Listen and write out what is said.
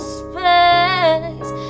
space